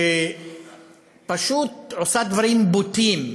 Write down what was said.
שפשוט עושה דברים בוטים,